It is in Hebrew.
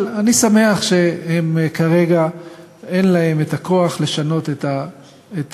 אבל אני שמח שכרגע אין להם את הכוח לשנות את המצב,